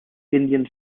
indian